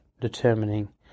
determining